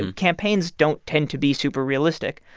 and campaigns don't tend to be super realistic,